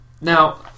Now